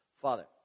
Father